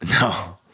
No